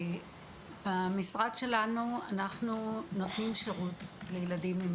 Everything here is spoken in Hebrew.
אנחנו נותנים במשרד שלנו גם שירות לילדים עם